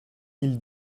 mille